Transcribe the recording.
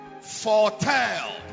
foretell